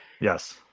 Yes